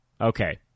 Okay